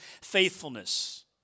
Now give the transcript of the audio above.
faithfulness